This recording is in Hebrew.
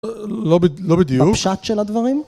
לא בדיוק, הפשט של הדברים?